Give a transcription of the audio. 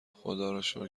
خداروشکر